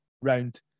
round